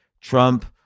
Trump